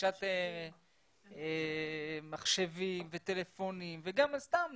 ורכישת מחשבים וטלפונים וגם סתם